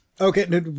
okay